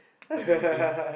what do you think